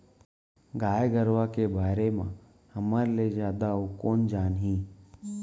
गाय गरूवा के बारे म हमर ले जादा अउ कोन जानही